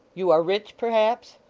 you are rich, perhaps